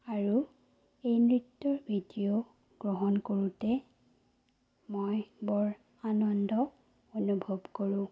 আৰু এই নৃত্যৰ ভিডিঅ' গ্ৰহণ কৰোঁতে মই বৰ আনন্দ অনুভৱ কৰোঁ